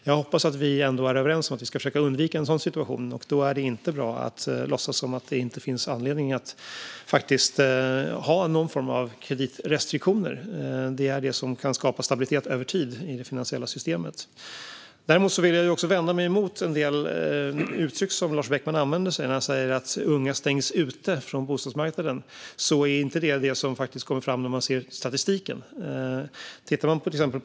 Jag hoppas att vi ändå är överens om att vi ska försöka undvika en sådan situation, och då är det inte bra att låtsas som om det inte finns anledning att faktiskt ha någon form av kreditrestriktioner. Det är sådant som kan skapa stabilitet över tid i det finansiella systemet. Däremot vill jag vända mig emot en del uttryck som Lars Beckman använder. Han säger att unga stängs ute från bostadsmarknaden. Det är inte vad som kommer fram när man tittar på statistiken.